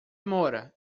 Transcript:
mora